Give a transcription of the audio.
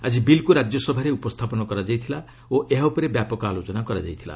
ଆଜି ବିଲ୍କୁ ରାଜ୍ୟସଭାରେ ଉପସ୍ଥାପନ କରାଯାଇଥିଲା ଓ ଏହା ଉପରେ ବ୍ୟାପକ ଆଲୋଚନା କରାଯାଇଥିଲା